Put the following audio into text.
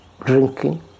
drinking